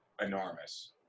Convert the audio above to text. enormous